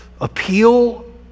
appeal